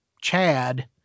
Chad